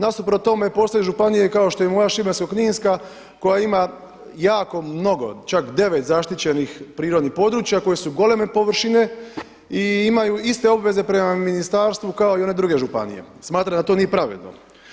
Nasuprot tome postoje županije kao što je i moja Šibensko-kninska koja ima jako mnogo, čak 9 zaštićenih prirodnih područja koje su goleme površine i imaju iste obveze prema ministarstvu kao i one druge županije, smatram da to nije pravedno.